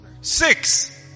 Six